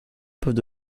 peuvent